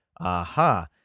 Aha